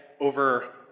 over